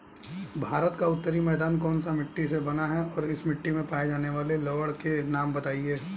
भारत का उत्तरी मैदान कौनसी मिट्टी से बना है और इस मिट्टी में पाए जाने वाले लवण के नाम बताइए?